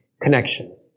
Connection